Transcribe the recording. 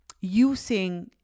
using